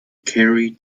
carry